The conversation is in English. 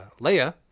Leia